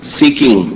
seeking